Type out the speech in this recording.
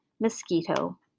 mosquito